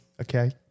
Okay